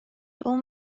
дүү